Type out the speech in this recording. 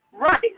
Right